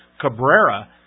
Cabrera